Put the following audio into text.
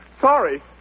Sorry